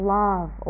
love